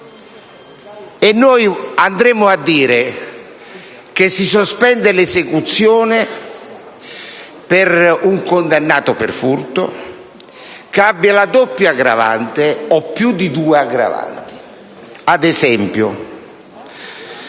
andremmo a dire che si sospende l'esecuzione per un condannato per furto che abbia la doppia aggravante o più di due aggravanti.